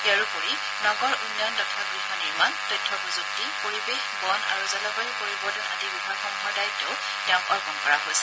ইয়াৰোপৰি নগৰ উন্নয়ন তথা গৃহ নিৰ্মাণ তথ্য প্ৰযুক্তি পৰিৱেশ বন আৰু জলবায় পৰিৱৰ্তন আদি বিভাগৰসমূহৰ দায়িত্বও তেওঁক অৰ্পণ কৰা হৈছে